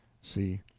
c.